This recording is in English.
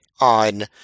on –